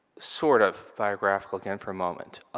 sort of biographical again, for a moment.